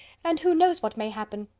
and who knows what may happen?